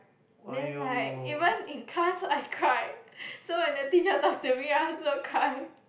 then like even in class I cried so when the teacher talked to me I also cried